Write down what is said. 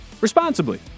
responsibly